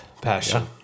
passion